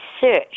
search